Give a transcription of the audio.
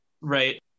right